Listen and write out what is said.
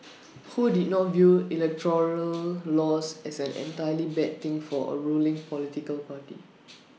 ho did not view electoral loss as an entirely bad thing for A ruling political party